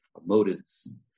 Motives